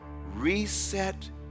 Reset